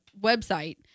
website